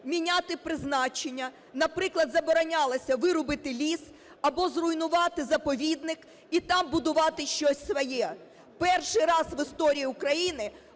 міняти призначення. Наприклад, заборонялося вирубати ліс або зруйнувати заповідник і там будувати щось своє. Перший раз в історії України